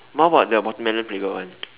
what about the watermelon flavored one